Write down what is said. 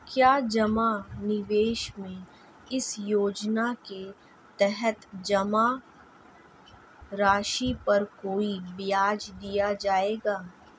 क्या जमा निवेश में इस योजना के तहत जमा राशि पर कोई ब्याज दिया जाएगा?